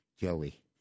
Joey